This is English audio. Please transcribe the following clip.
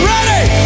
Ready